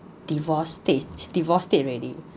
divorce stage divorce state already